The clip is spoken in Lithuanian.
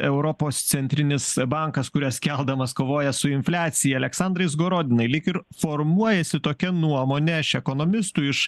europos centrinis bankas kurias keldamas kovoja su infliacija aleksandrai izgorodinai lyg ir formuojasi tokia nuomonė iš ekonomistų iš